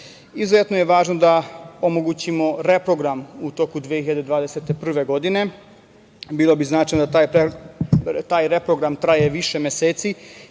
smisla. Izuzetno je važno da omogućimo reprogram u toku 2021. godine. Bilo bi značajno da taj reprogram traje više meseci